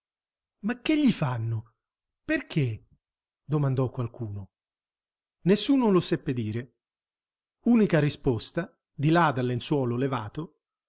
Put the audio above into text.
ma che gli fanno perché domandò qualcuno nessuno lo seppe dire unica risposta di là dal lenzuolo levato